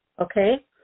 okay